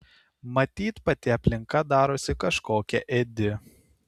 matyt pati aplinka darosi kažkokia ėdi